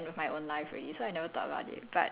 so like and then I quite